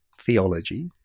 theology